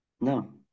No